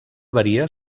varia